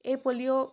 এই পলিঅ'